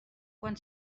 quan